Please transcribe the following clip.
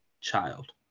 child